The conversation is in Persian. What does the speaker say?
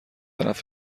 طرف